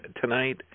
tonight